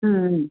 ಹ್ಞೂ ಹ್ಞೂ